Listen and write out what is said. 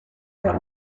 der